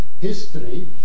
history